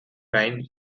rein